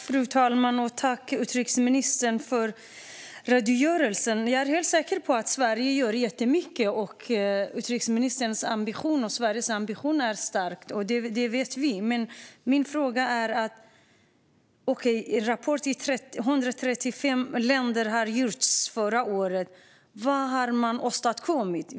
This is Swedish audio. Fru talman! Tack för redogörelsen, utrikesministern! Jag är helt säker på att Sverige gör jättemycket och att utrikesministerns och Sveriges ambition är stark. Det vet vi, men min fråga är: Okej, det skrevs rapporter om 135 länder förra året, men vad har man åstadkommit?